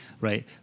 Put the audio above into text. right